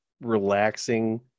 relaxing